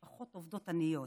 משפחות עובדות עניות.